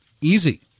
easy